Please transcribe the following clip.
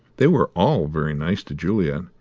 they were all very nice to juliet,